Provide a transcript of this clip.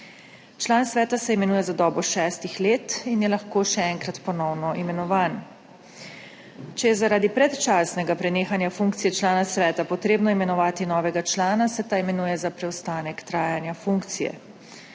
Član sveta se imenuje za dobo šestih let in je lahko še enkrat ponovno imenovan. Če je zaradi predčasnega prenehanja funkcije člana sveta potrebno imenovati novega člana, se ta imenuje za preostanek trajanja funkcije.